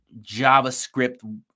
javascript